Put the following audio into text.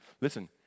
Listen